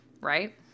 right